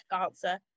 answer